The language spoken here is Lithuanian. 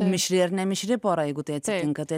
mišri ar nemišri pora jeigu tai atsitinka tai